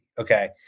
Okay